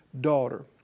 daughter